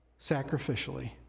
sacrificially